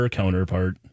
counterpart